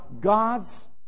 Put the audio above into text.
God's